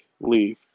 leave